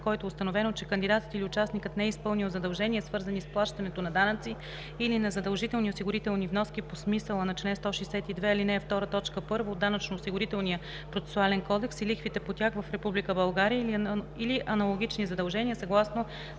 с който е установено, че кандидатът или участникът не е изпълнил задължения, свързани с плащането на данъци или на задължителни осигурителни вноски по смисъла на чл. 162, ал. 2, т. 1 от Данъчно-осигурителния процесуален кодекс и лихвите по тях в Република България или аналогични задължения съгласно